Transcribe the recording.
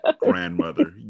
grandmother